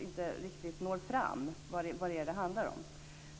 inte riktigt nått fram vad frågan handlar om.